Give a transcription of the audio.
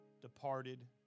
departed